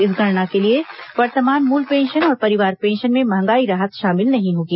इस गणना के लिए वर्तमान मूल पेंशन और परिवार पेंशन में महंगाई राहत शामिल नहीं होगी